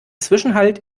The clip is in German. zwischenhalt